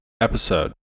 episode